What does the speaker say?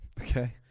Okay